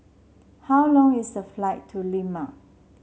how long is the flight to Lima